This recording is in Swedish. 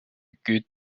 gud